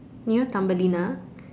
you know Thumbelina